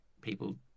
people